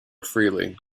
freely